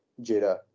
Jada